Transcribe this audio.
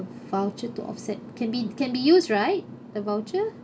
voucher to offset can be can be used right the voucher